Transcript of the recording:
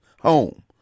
home